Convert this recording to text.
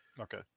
Okay